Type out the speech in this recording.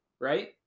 right